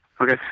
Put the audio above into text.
Okay